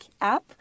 app